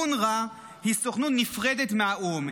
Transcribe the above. אונר"א היא סוכנות נפרדת מהאו"ם,